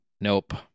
nope